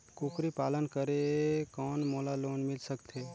कूकरी पालन करे कौन मोला लोन मिल सकथे?